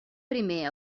primer